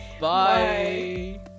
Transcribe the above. Bye